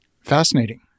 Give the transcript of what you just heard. Fascinating